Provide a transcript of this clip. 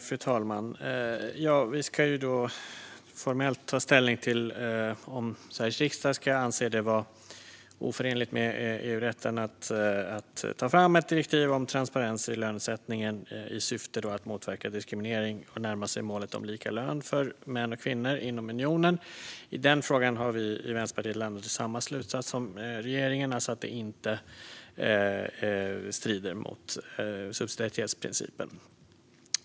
Fru talman! Vi ska i dag formellt ta ställning till om Sveriges riksdag ska anse det vara oförenligt med EU-rätten att ta fram ett direktiv om transparens i lönesättningen i syfte att motverka diskriminering och närma oss målet om lika lön för män och kvinnor inom unionen. I den frågan har vi i Vänsterpartiet landat i samma slutsats som regeringen, alltså att det inte strider mot subsidiaritetsprincipen.